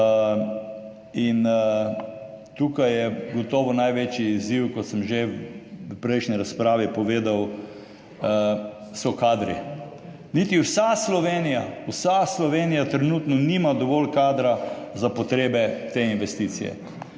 Tukaj so gotovo največji izziv, kot sem že v prejšnji razpravi povedal, kadri. Niti vsa Slovenija, vsa Slovenija trenutno nima dovolj kadra za potrebe te investicije.